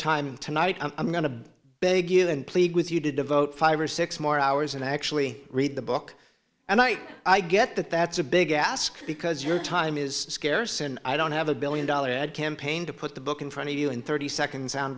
time tonight and i'm going to beg you and plead with you to devote five or six more hours and actually read the book and i i get that that's a big ask because your time is scarce and i don't have a billion dollar ad campaign to put the book in front of you and thirty second